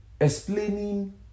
explaining